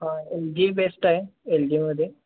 हां L G best आहे L जीमध्ये